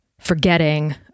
forgetting